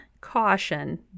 caution